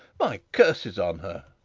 my curses on her!